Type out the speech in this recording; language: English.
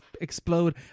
explode